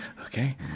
Okay